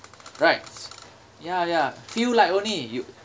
right ya ya feel like only you